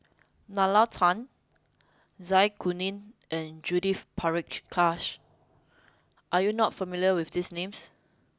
Nalla Tan Zai Kuning and Judith Prakash are you not familiar with these names